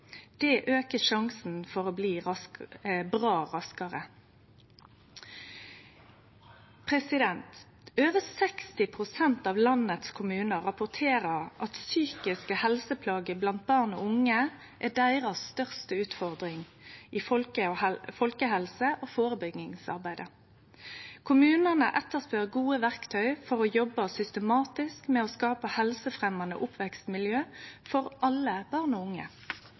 sjansen for å bli bra raskare. Over 60 pst. av landets kommunar rapporterer at psykiske helseplager blant barn og unge er deira største utfordring i folkehelse- og førebyggingsarbeidet. Kommunane etterspør gode verktøy for å jobbe systematisk med å skape helsefremjande oppvekstmiljø for alle barn og unge.